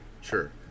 Sure